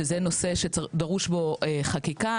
שזה נושא שדרוש בו חקיקה.